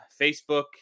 Facebook